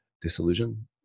disillusion